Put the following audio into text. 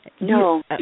No